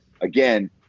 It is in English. again